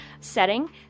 setting